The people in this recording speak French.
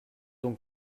donc